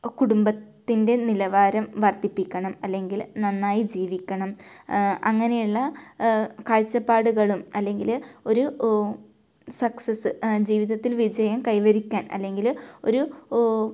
കുടുംബത്തിൻ്റെ നിലവാരം വർദ്ധിപ്പിക്കണം അല്ലെങ്കിൽ നന്നായി ജീവിക്കണം അങ്ങനെയുള്ള കാഴ്ചപ്പാടുകളും അല്ലെങ്കിൽ ഒരു സക്സസ്സ് ജീവിതത്തിൽ വിജയം കൈവരിക്കാൻ അല്ലെങ്കിൽ ഒരു